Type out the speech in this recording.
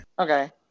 Okay